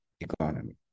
economy